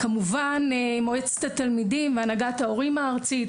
עם מועצת התלמידים והנהגת ההורים הארצית.